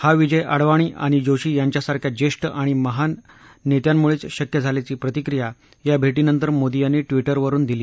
हा विजय आडवाणी आणि जोशी यांच्यास रख्या ज्येष्ठ आणि महान नेत्यांमुळेच शक्य झाल्याची प्रतिक्रीया या भेटीनंतर मोदी यांनी ट्वीटरवरून दिली